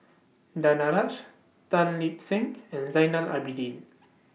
Danaraj Tan Lip Seng and Zainal Abidin